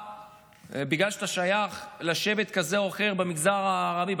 בגלל שאתה שייך לשבט כזה או אחר במגזר הערבי,